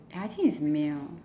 I think it's male